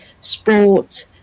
sport